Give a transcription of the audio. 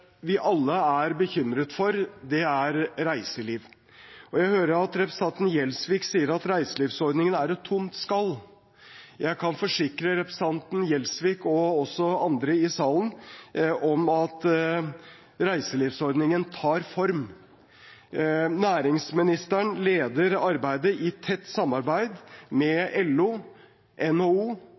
vi alle er bekymret for, er reiseliv. Jeg hører at representanten Gjelsvik sier at reiselivsordningen er et tomt skall. Jeg kan forsikre representanten Gjelsvik og andre i salen om at reiselivsordningen tar form. Næringsministeren leder arbeidet i tett samarbeid med LO, NHO,